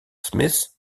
smith